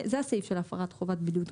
זה הסעיף של הפרת חובת בידוד.